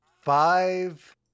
five